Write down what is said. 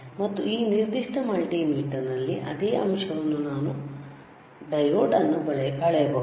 ಮತ್ತು ಈ ನಿರ್ದಿಷ್ಟ ಮಲ್ಟಿಮೀಟರ್ ನಲ್ಲಿ ಅದೇ ಅಂಶವನ್ನು ನಾವು ಡಯೋಡ್ ಅನ್ನು ಅಳೆಯಬಹುದು